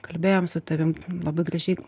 kalbėjom su tavim labai gražiai